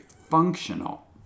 functional